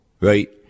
right